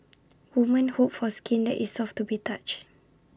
women hope for skin that is soft to be touch